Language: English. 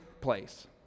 place